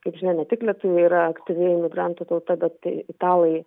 kaip žinia ne tik lietuviai yra aktyvi imigrantų tauta bet tai italai